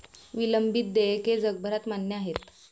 विलंबित देयके जगभरात मान्य आहेत